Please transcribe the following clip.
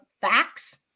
facts